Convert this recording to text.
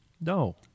No